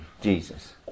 Jesus